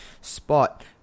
spot